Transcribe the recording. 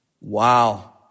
Wow